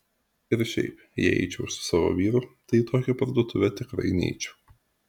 ir šiaip jei eičiau su savo vyru tai į tokią parduotuvę tikrai neičiau